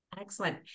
Excellent